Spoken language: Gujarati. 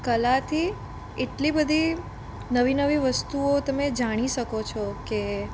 કલાથી એટલી બધી નવી નવી વસ્તુઓ તમે જાણી શકો છો કે